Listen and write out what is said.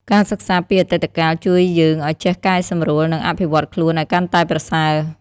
ការសិក្សាពីអតីតកាលជួយយើងឱ្យចេះកែសម្រួល និងអភិវឌ្ឍន៍ខ្លួនឱ្យកាន់តែប្រសើរ។